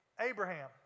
Abraham